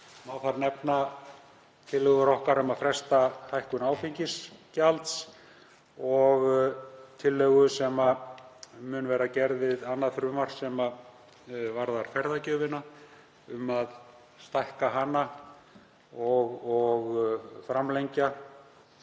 Má þar nefna tillögur okkar um að fresta hækkun áfengisgjalds og tillögu sem mun vera gerð við annað frumvarp sem varðar ferðagjöfina, um að stækka hana og framlengja